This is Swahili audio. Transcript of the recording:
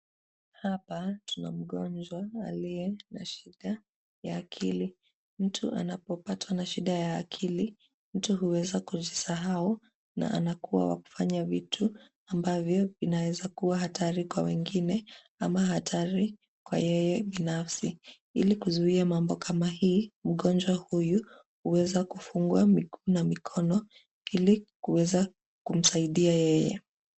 Hapa tunamgonjwa aliye na shida ya akili .Mtu anapopatwa na shida ya akili mtu huweza kujisahau na anakuwa wa kufanya vitu ambavyo vinaeza kuwa hatari kwa watu wengine ama hatari kwa yeye binafsi ili kuzuia mambo kama hii mgonjwa huyu uweza kufugwa miguu na mikono ili kuweza kumsaidia yeye.